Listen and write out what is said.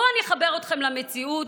בואו אני אחבר אתכם למציאות,